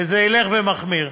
וזה ילך ויחמיר.